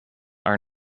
are